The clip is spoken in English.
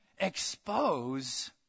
expose